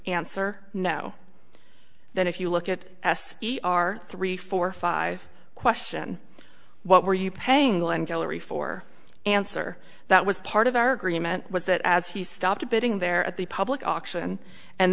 answer no then if you look at s e r three four five question what were you paying the end gallery for answer that was part of our agreement was that as he stopped bidding there at the public auction and